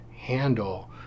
handle